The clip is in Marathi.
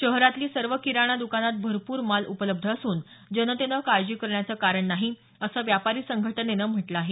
शहरातली सर्व किराणा दुकानात भरपूर माल उपलब्ध असून जनतेनं काळजी करण्याचं कारण नाही असं व्यापारी संघटनेनं म्हटलं आहे